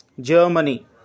Germany